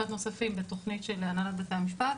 נוספים בתכנית של הנהלת בתי המשפט,